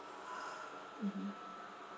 mmhmm